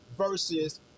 versus